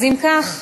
אם כך,